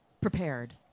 prepared